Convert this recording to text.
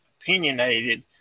opinionated